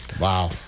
Wow